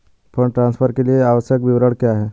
Fund transfer के लिए आवश्यक विवरण क्या हैं?